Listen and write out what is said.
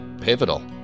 pivotal